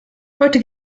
heute